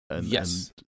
Yes